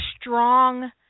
strong